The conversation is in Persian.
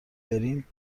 بریم